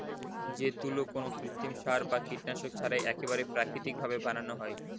যে তুলো কোনো কৃত্রিম সার বা কীটনাশক ছাড়াই একেবারে প্রাকৃতিক ভাবে বানানো হয়